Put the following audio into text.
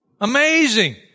Amazing